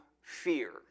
fear